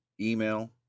email